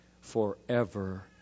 forever